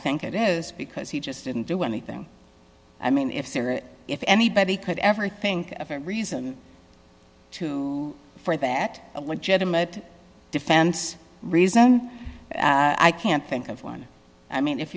think it is because he just didn't do anything i mean if there if anybody could ever think of a reason to for that a legitimate defense reason i can't think of one i mean if